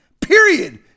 Period